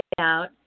out